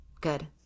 Good